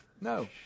No